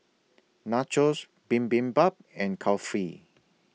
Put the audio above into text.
Nachos Bibimbap and Kulfi